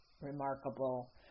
Remarkable